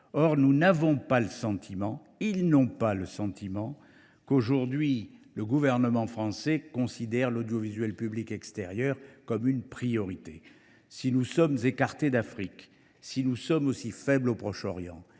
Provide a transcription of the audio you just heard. de l’audiovisuel public extérieur n’ont pas le sentiment, qu’aujourd’hui, le gouvernement français considère l’audiovisuel public extérieur comme une priorité. Si nous sommes écartés d’Afrique, si nous sommes aussi faibles au Proche Orient,